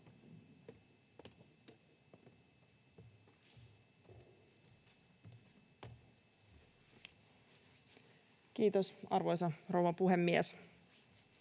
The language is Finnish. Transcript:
Kiitos, arvoisa rouva puhemies!